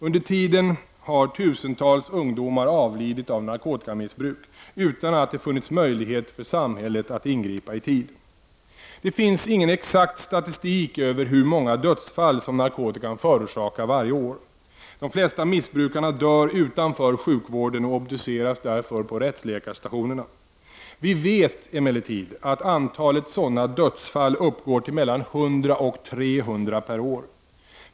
Under tiden har tusentals ungdomar avlidit av narkotikamissbruk, utan att det funnits möjlighet för samhället att ingripa i tid. Det finns ingen exakt statistik över hur många dödsfall som narkotikan förorsakar varje år. De flesta missbrukarna dör utanför sjukvården och obduceras därför på rättsläkarstationerna. Vi vet emellertid att antalet sådana dödsfall uppgår till mellan 100 och 300 per år.